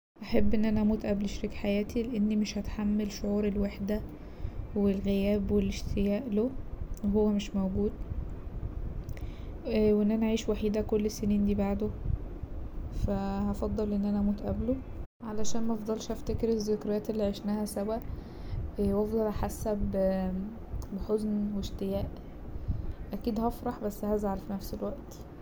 هحب ان انا اموت قبل شريك حياتي لأني مش هتحمل شعور الوحدة والغياب والاشتياق له وهو مش موجود وان انا اعيش وحيدة كل السنين دي بعده فا هفضل ان انا اموت قبله عشان مفضلش افتكر الذكريات اللي عشناها سوا وافضل حاسة ب حزن واشتياق اكيد هفرح بس هزعل في نفس الوقت.